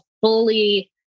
fully